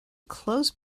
clothes